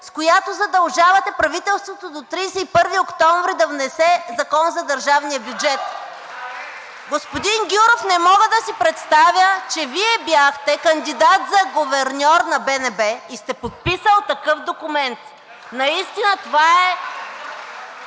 с която задължавате правителството до 31 октомври да внесе Закон за държавния бюджет?! (Ръкопляскания от ГЕРБ-СДС.) Господин Гюров, не мога да си представя, че Вие бяхте кандидат за гуверньор на БНБ и сте подписали такъв документ. Наистина това е